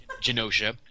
Genosha